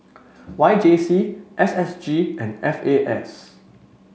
Y J C S S G and F A S